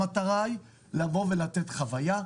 המטרה היא לבוא ולתת חוויה,